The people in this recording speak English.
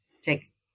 take